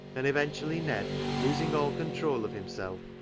and eventually ned, losing all control of himself,